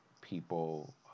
people